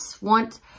want